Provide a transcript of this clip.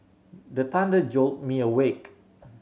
the thunder jolt me awake